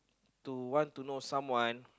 to know want to know someone